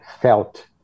felt